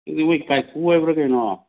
ꯀꯩꯅꯣ ꯃꯣꯏ ꯀꯥꯏꯀꯨ ꯍꯥꯏꯕ꯭ꯔ ꯀꯩꯅꯣ